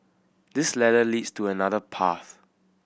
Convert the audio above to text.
this ladder leads to another path